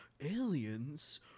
Aliens